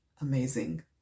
amazing